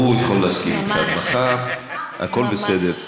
הוא יכול להסכים אתך עד מחר, הכול בסדר.